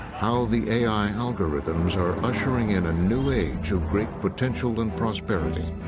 how the a i. algorithms are ushering in a new age ah great potential and prosperity,